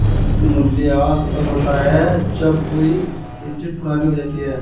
मूल्यह्रास तब होता है जब कोई एसेट पुरानी हो जाती है